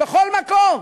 בכל מקום,